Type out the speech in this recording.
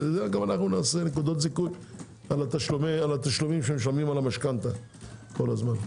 גם אנחנו נעשה נקודות זיכוי על התשלומים שמשלמים על המשכנתא כל הזמן.